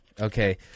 Okay